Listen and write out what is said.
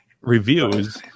reviews